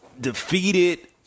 defeated